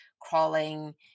crawling